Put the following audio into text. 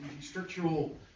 structural